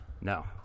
No